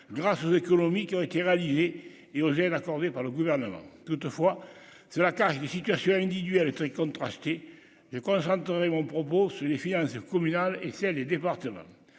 grâce aux économies qui ont été réalisés et gel accordée par le gouvernement, toutefois, cela cache des situations lundi duel très contrastée, j'ai concentré mon propos sur les fiancés communal et les départements,